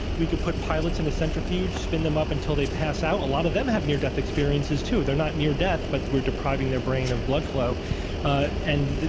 we could put pilots in a centrifuge, spin them up until they pass out a lot of them have near-death experiences, too, they're not near death, but we're depriving their brain of blood flow and you